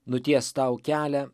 nuties tau kelią